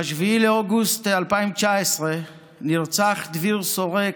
ב-7 באוגוסט 2019 נרצח דביר שורק,